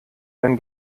denn